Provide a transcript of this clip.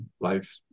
life